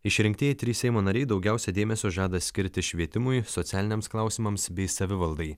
išrinktieji trys seimo nariai daugiausiai dėmesio žada skirti švietimui socialiniams klausimams bei savivaldai